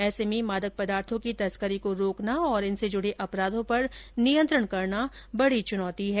ऐसे में मादक पदार्थों की तस्करी को रोकना तथा इनसे जुड़े अपराधों पर नियंत्रण करना बड़ी चुनौती है